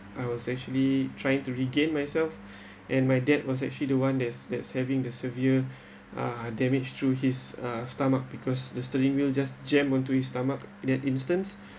I was actually trying to regain myself and my dad was actually the one that's that's having the severe uh damage through his uh stomach because the steering wheel just jammed onto his stomach that instance